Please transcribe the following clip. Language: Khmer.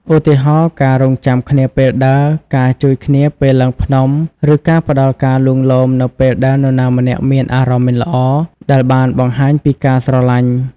ឧទាហរណ៍ ការរង់ចាំគ្នាពេលដើរ ការជួយគ្នាពេលឡើងភ្នំ ឬការផ្តល់ការលួងលោមនៅពេលដែលនរណាម្នាក់មានអារម្មណ៍មិនល្អ ដែលបានបង្ហាញពីការស្រលាញ់។